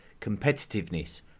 competitiveness